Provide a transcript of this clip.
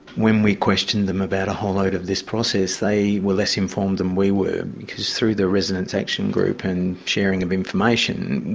when we questioned them about a whole load of this process, they were less informed than we were, because through the residents' action group and sharing of information,